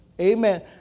amen